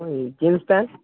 ওই jeans pant